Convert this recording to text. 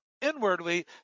inwardly